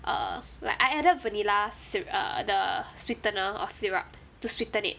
err like I added vanilla syr~ err the sweetener or syrup to sweeten it